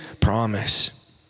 promise